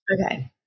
Okay